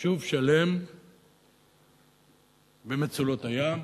יישוב שלם במצולות הים.